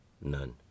None